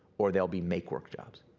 or they'll be make work jobs.